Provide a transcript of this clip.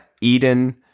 Eden